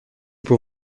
pour